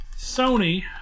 Sony